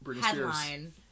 headline